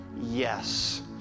yes